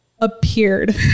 appeared